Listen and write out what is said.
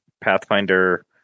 pathfinder